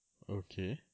okay